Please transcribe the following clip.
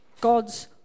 God's